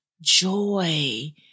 joy